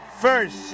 first